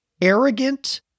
arrogant